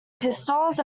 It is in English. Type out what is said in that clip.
pistols